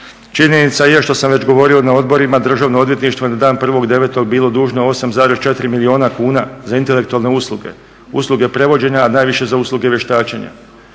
Činjenica je što sam već govorio na odborima, Državno odvjetništvo na dan 1.9. bilo dužno 8,4 milijuna kuna za intelektualne usluge, usluge prevođenja, a najviše za usluge vještačenja.